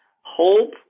Hope